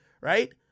right